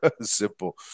Simple